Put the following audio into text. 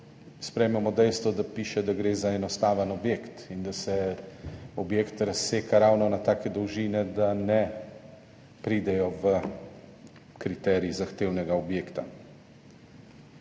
sprejmemo dejstvo, da piše, da gre za enostaven objekt in da se objekt razseka ravno na take dolžine, da ne pridejo v kriterij zahtevnega objekta.